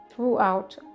throughout